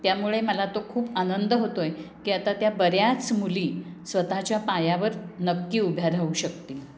त्यामुळे मला तो खूप आनंद होतो आहे की आता त्या बऱ्याच मुली स्वतःच्या पायावर नक्की उभ्या राहू शकतील